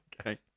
Okay